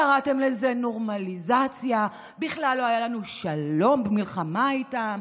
קראתם לזה נורמליזציה: בכלל לא הייתה לנו מלחמה איתם,